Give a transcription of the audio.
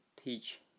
teach